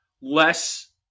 less